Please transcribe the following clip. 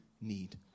need